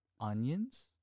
onions